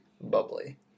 bubbly